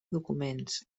documents